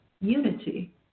Unity